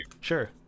Sure